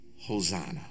Hosanna